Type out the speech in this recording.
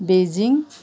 Beijing